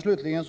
Slutligen